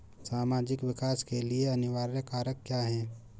सामाजिक विकास के लिए अनिवार्य कारक क्या है?